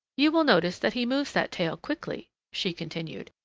you will notice that he moves that tail quickly, she continued.